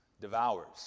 devours